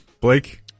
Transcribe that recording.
blake